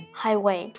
highway